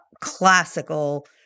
classical